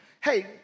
hey